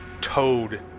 toad